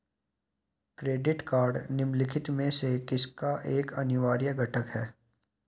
Credit card निम्नलिखित में से किसका एक अनिवार्य घटक है?